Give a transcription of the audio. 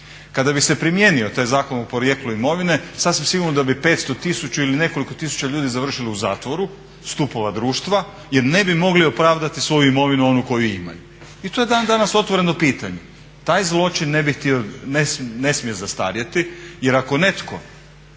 Kada bi se primijenio taj Zakon o porijeklu imovine sasvim sigurno da bi 500, tisuću ili nekoliko tisuća ljudi završilo u zatvoru stupova društva jer ne bi mogli opravdati svoju imovinu onu koju imaju i to je dan danas otvoreno pitanje. Taj zločin ne smije zastarjeti jer ako netko